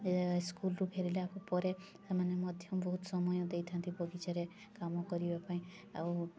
ସ୍କୁଲ୍ରୁ ଫେରିଲା ପରେ ସେମାନେ ମଧ୍ୟ ବହୁତ ସମୟ ଦେଇଥା'ନ୍ତି ବଗିଚାରେ କାମ କରିବା ପାଇଁ ଆଉ